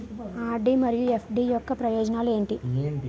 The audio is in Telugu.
ఆర్.డి మరియు ఎఫ్.డి యొక్క ప్రయోజనాలు ఏంటి?